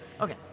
Okay